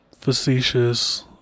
facetious